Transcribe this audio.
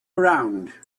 around